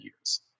years